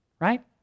right